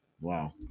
Wow